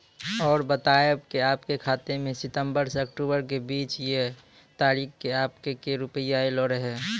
और बतायब के आपके खाते मे सितंबर से अक्टूबर के बीज ये तारीख के आपके के रुपिया येलो रहे?